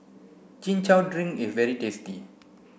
chin chow drink is very tasty